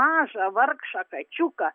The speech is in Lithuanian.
mažą vargšą kačiuką